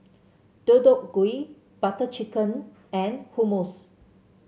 Deodeok Gui Butter Chicken and Hummus